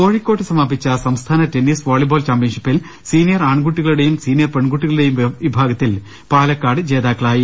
കോഴിക്കോട് സമാപിച്ച സംസ്ഥാന tennis volleyball ചാംപ്യൻഷി പ്പിൽ സീനിയർ ആൺകുട്ടികളുടെയും സീനിയർ പെൺകുട്ടികളുടെയും വി ഭാഗത്തിൽ പാലക്കാട് ജേതാക്കളായി